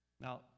Now